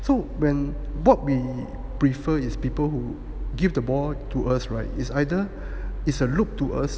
so when what we prefer is people who give the ball to us right is either it's a loop to us